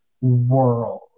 world